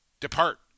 depart